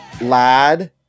Lad